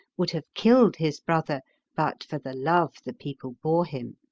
would have killed his brother but for the love the people bore him.